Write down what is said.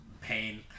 pain